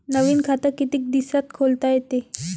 नवीन खात कितीक दिसात खोलता येते?